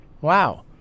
Wow